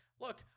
look